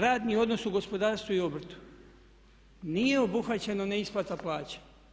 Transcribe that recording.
Radni odnos u gospodarstvu i obrtu, nije obuhvaćena neisplata plaća.